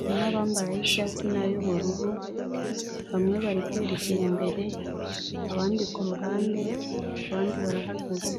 harimo abambaye yicyatsi nay'ubururu bamwe bari kwerekera imbere abandi kuruhande abandi barahagaze.